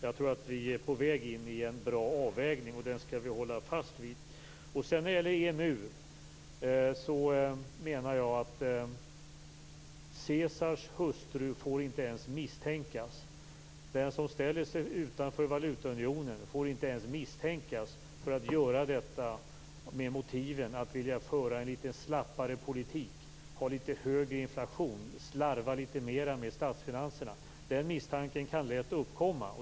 Jag tror att vi är på väg in i en bra avvägning, och den skall vi hålla fast vid. Sedan gällde de EMU. Caesars hustru får inte ens misstänkas. Den som ställer sig utanför valutaunionen får inte ens misstänkas för att göra detta med motiven att vilja föra en litet slappare politik, ha litet högre inflation och slarva litet mera med statsfinanserna. Den misstanken kan lätt uppkomma.